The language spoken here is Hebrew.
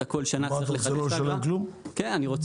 אתה כל שנה צריך לחדש את האגרה --- אז מה אתה רוצה?